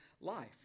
life